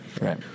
Right